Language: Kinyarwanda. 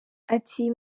ati